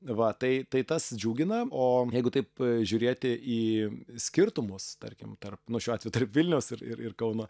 va tai tai tas džiugina o jeigu taip žiūrėti į skirtumus tarkim tarp nu šiuo atveju tarp vilniaus ir ir kauno